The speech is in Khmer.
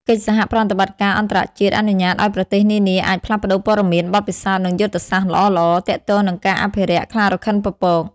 កិច្ចសហប្រតិបត្តិការអន្តរជាតិអនុញ្ញាតឲ្យប្រទេសនានាអាច ផ្លាស់ប្តូរព័ត៌មាន បទពិសោធន៍ និងយុទ្ធសាស្ត្រល្អៗ ទាក់ទងនឹងការអភិរក្សខ្លារខិនពពក។